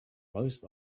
most